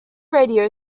radio